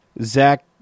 Zach